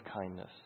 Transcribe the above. kindness